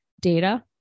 data